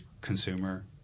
consumer